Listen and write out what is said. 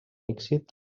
èxit